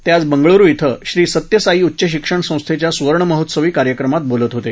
ते आज बंगळुरु क्वें श्री सत्य साई उच्चशिक्षण संस्थेच्या सुवर्णमहोत्सवी कार्यक्रमात बोलत होते